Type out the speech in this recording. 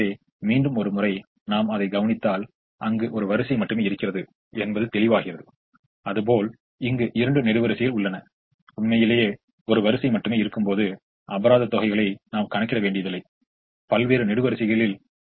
எனவே இந்த தீர்வையும் பார்க்கிறோம் அதே தொடக்கத் தீர்வைக் கொண்டு ஒரு ஸ்டெப்பிங் ஸ்டோன் மெத்தெட்ஸிலிருந்து ஒன்றைத் தொடங்குகிறோம் ஆக இப்போது நம்மிடம் இருக்கும் இந்த தீர்வு ஒரு தொடக்க தீர்வாகும்